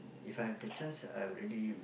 if I have the chance ah I would really